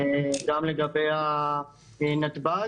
גם לגבי נתב"ג.